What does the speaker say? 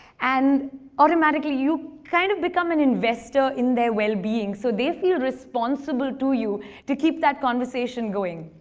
and automatically you kind of become an investor in their well-being, so they'll feel responsible to you to keep that conversation going.